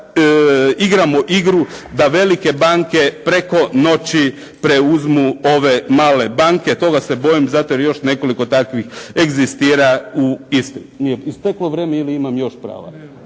igramo igru da velike banke preko noći preuzmu ove male banke. Toga se bojim zato jer još nekoliko takvih egzistira u istim. Jel' mi isteklo vrijeme ili imam još pravo?